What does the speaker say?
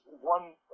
one